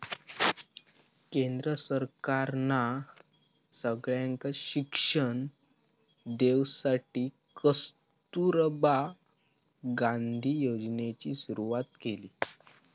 केंद्र सरकारना सगळ्यांका शिक्षण देवसाठी कस्तूरबा गांधी योजनेची सुरवात केली